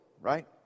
Right